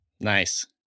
Nice